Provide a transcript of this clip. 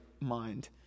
mind